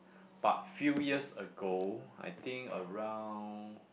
but few years ago I think around